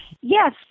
Yes